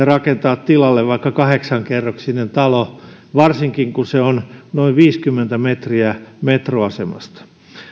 rakentaa tilalle vaikka kahdeksankerroksinen talo varsinkin kun se on noin viisikymmentä metriä metroasemasta